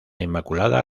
inmaculada